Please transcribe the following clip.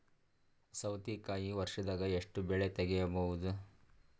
ಸೌತಿಕಾಯಿ ವರ್ಷದಾಗ್ ಎಷ್ಟ್ ಬೆಳೆ ತೆಗೆಯಬಹುದು?